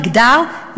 מגדר,